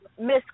Miss